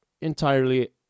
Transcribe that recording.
entirely